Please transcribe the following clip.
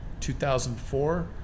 2004